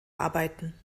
arbeiten